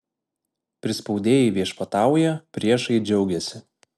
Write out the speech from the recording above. prispaudėjai viešpatauja priešai džiaugiasi